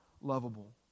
lovable